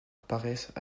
apparaissent